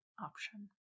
option